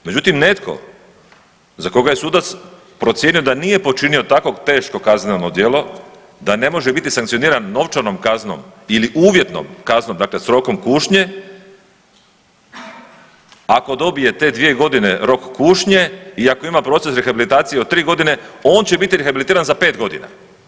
Međutim netko za koga je sudac procijenio da nije počinio takvo teško kazneno djelo da ne može biti sankcioniran novčanom kaznom ili uvjetnom kaznom, dakle s rokom kušnje, ako dobije te dvije godine rok kušnje i ako ima proces rehabilitacije od tri godine on će biti rehabilitiran za pet godina.